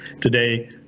today